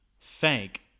thank